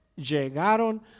Llegaron